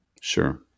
Sure